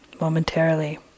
momentarily